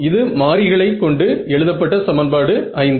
இது மாறிகளை கொண்டு எழுதப்பட்ட சமன்பாடு 5